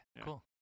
Cool